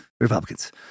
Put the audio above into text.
Republicans